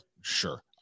sure